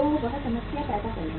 तो वह समस्या पैदा करेगा